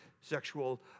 sexual